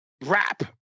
rap